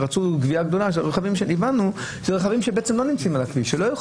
הגבייה הגדולה שרצו זה על רכבים שלא נמצאים על הכביש,